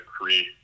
create